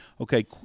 Okay